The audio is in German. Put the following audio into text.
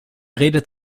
redet